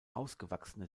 ausgewachsene